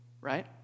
right